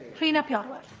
rhun ap iorwerth